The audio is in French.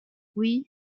oui